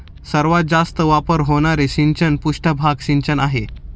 सर्वात जास्त वापर होणारे सिंचन पृष्ठभाग सिंचन आहे